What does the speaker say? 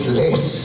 less